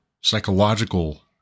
psychological